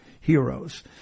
heroes